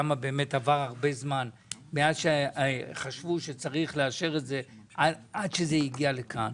למה באמת עבר הרבה זמן מאז שחשבו שצריך לאשר את זה עד שזה הגיע לכאן,